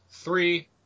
Three